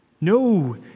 No